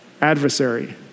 adversary